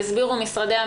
הוא שלכם.